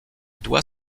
doit